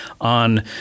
on